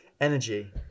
Energy